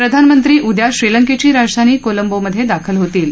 प्रधानमंत्री उद्या श्रीलंकेची राजधानी कोलंबोमध्ये दाखल होतील